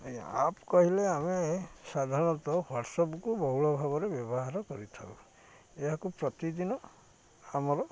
ଆଜ୍ଞା ଆପ୍ କହିଲେ ଆମେ ସାଧାରଣତଃ ୱାଟସ୍ଅପ୍କୁ ବହୁଳ ଭାବରେ ବ୍ୟବହାର କରିଥାଉ ଏହାକୁ ପ୍ରତିଦିନ ଆମର